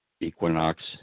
equinox